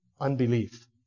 unbelief